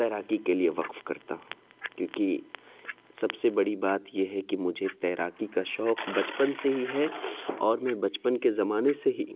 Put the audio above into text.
تیراکی کے لیے وقف کرتا ہوں کیوںکہ سب سے بڑی بات یہ ہے کہ مجھے تیراکی کا شوق بچپن سے ہی ہے اور میں بچپن کے زمانے سے ہی